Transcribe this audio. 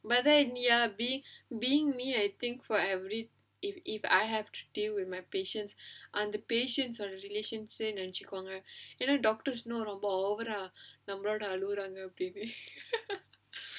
but then ya being being me I think for every if if I have to deal with my patients அந்த:antha patients ஓட:oda relations நினைச்சிப்பாங்க என்ன:ninaichipaanga enna you know doctor know all lah அழுகுறாங்க:aluguraanga